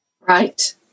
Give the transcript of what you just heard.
Right